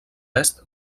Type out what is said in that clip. est